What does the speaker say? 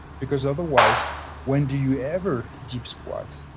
because otherwise when do you ever deep squat.